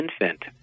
infant